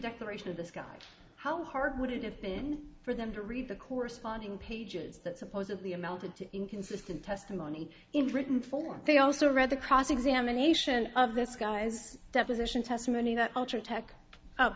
declaration of this guy how hard would it have been for them to read the corresponding pages that supposedly amounted to inconsistent testimony in written form they also read the cross examination of this guy's deposition testimony that ultratech